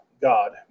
God